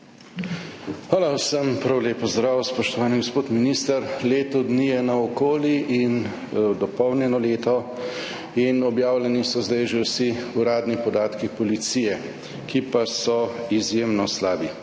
Hvala. Vem prav lep pozdrav! Spoštovani gospod minister, leto dni je naokoli, dopolnjeno leto, in objavljeni so zdaj že vsi uradni podatki policije, ki pa so izjemno slabi.